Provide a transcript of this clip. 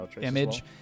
Image